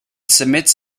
submits